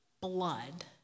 blood